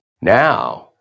now